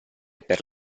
per